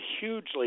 hugely